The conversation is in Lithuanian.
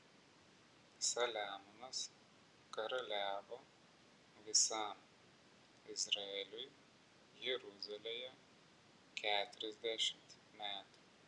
saliamonas karaliavo visam izraeliui jeruzalėje keturiasdešimt metų